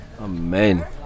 Amen